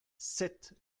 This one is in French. sept